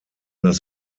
das